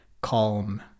calm